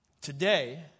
Today